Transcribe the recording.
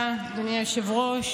תודה רבה, אדוני היושב-ראש.